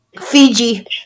Fiji